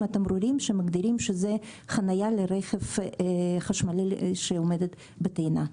התמרורים שמגדירים שזו חניה לרכב חשמלי שעומד בטעינה.